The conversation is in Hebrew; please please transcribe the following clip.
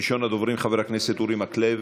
ראשון הדוברים, חבר הכנסת אורי מקלב,